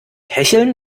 hecheln